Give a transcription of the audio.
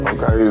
Okay